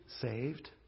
saved